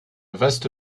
vaste